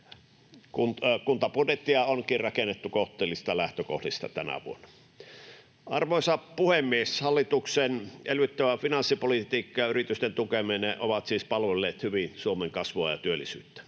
Kuntabudjettia onkin rakennettu kohtuullisista lähtökohdista tänä vuonna. Arvoisa puhemies! Hallituksen elvyttävä finanssipolitiikka ja yritysten tukeminen ovat siis palvelleet hyvin Suomen kasvua ja työllisyyttä.